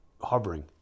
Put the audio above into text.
hovering